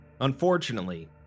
Unfortunately